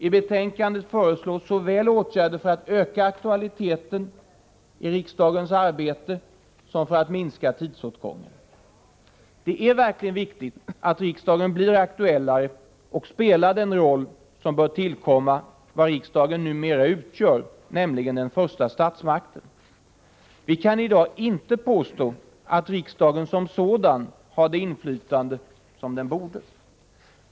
I betänkandet föreslås åtgärder såväl för att öka aktualiteten i riksdagens arbete som för att minska tidsåtgången. Det är verkligen viktigt att riksdagen blir aktuellare och spelar den roll som bör tillkomma vad riksdagen numera utgör, nämligen den första statsmakten. Vi kan i dag inte påstå att riksdagen som sådan har det inflytande som den borde ha.